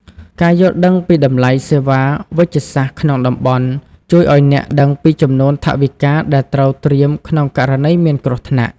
ការយល់ដឹងពីតម្លៃសេវាវេជ្ជសាស្ត្រក្នុងតំបន់ ជួយឱ្យអ្នកដឹងពីចំនួនថវិកាដែលត្រូវត្រៀមទុកក្នុងករណីមានគ្រោះថ្នាក់។